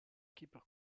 keeper